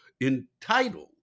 entitled